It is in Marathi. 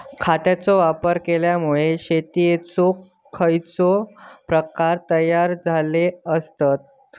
खतांचे वापर केल्यामुळे शेतीयेचे खैचे प्रकार तयार झाले आसत?